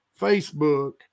Facebook